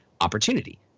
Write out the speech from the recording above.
opportunity